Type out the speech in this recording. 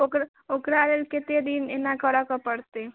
ओकर ओकरा लेल कते दिन एना करऽ के पड़तै